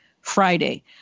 Friday